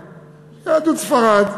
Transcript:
"המעיין", יהדות ספרד,